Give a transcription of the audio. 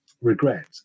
regret